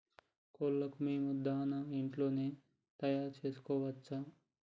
కోళ్లకు మేము దాణా ఇంట్లోనే తయారు చేసుకోవచ్చా?